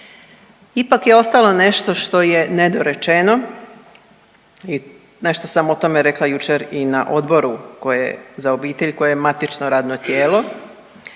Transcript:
Ipak je ostalo nešto što je nedorečeno i nešto sam o tome rekla jučer i na Odboru za obitelj koji je matično radno tijelo,